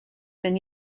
been